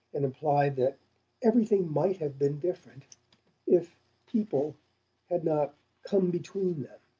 and implied that everything might have been different if people had not come between them.